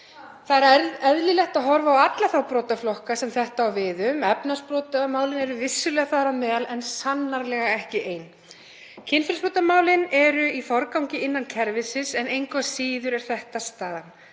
Það er eðlilegt að horfa á alla þá brotaflokka sem þetta á við um. Efnahagsbrotamálin eru vissulega þar á meðal en sannarlega ekki ein. Kynferðisbrotamálin eru í forgangi innan kerfisins en engu að síður er þetta staðan.